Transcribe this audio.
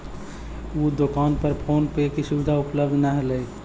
उ दोकान पर फोन पे के सुविधा उपलब्ध न हलई